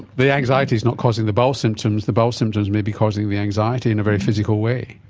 the anxiety is not causing the bowel symptoms, the bowel symptoms may be causing the anxiety in a very physical way.